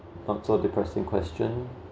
parts of the pressing question